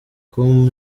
com